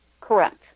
correct